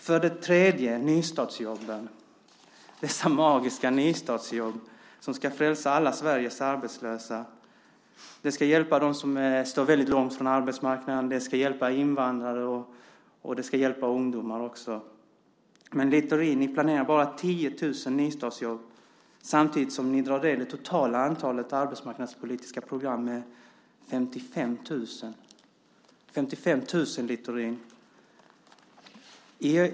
För det tredje: Dessa magiska nystartsjobb som ska frälsa alla Sveriges arbetslösa ska hjälpa dem som står väldigt långt från arbetsmarknaden, de ska hjälpa invandrare och de ska också hjälpa ungdomar. Men, Littorin, ni planerar bara 10 000 nystartsjobb samtidigt som ni drar ned det totala antalet arbetsmarknadspolitiska program med 55 000.